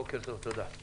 בוקר טוב לכולם,